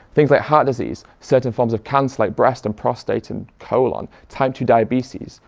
things like heart disease, certain forms of cancer like breast and prostate and colon, type two diabetes,